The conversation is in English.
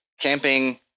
camping